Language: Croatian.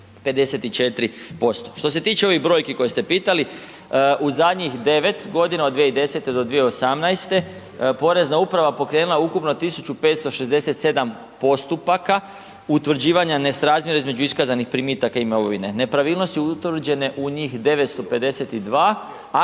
54%. Što se tiče ovih brojki koje ste pitali, u zadnjih 9 godina, od 2010. do 2018. porezna uprava pokrenula je ukupno 1567 postupaka utvrđivanja nesrazmjera između iskazanih primitaka imovine. Nepravilnosti utvrđene u njih 952,